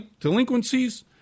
delinquencies